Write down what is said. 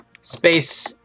space